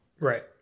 Right